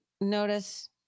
notice